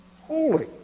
holy